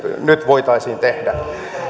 nyt voitaisiin tehdä